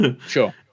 Sure